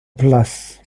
place